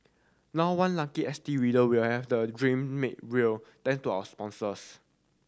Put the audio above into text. now one lucky S T reader will have that dream made real thanks to our sponsors